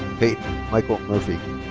peyton michael murphy.